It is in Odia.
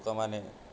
ମାନେ